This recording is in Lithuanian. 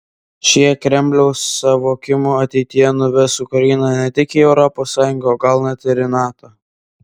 šie kremliaus suvokimu ateityje nuves ukrainą ne tik į europos sąjungą o gal net ir į nato